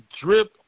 drip